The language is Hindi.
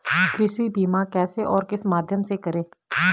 कृषि बीमा कैसे और किस माध्यम से करें?